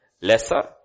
lesser